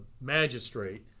magistrate